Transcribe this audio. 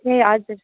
ए हजुर